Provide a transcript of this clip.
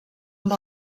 amb